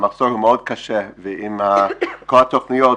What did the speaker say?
המחסור הוא מאוד קשה ועם כל התכנית,